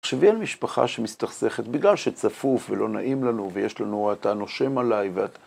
תחשביעל משפחה שמסתכסכת בגלל שצפוף ולא נעים לנו, ויש לנו אתה נושם עליי, ואת...